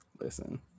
Listen